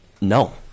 No